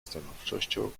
stanowczością